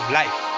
life